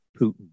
Putin